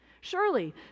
surely